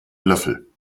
löffel